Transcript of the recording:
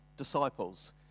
disciples